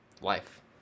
life